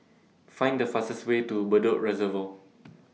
Find The fastest Way to Bedok Reservoir